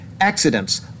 accidents